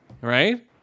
Right